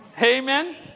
Amen